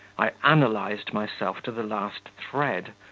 i analysed myself to the last thread,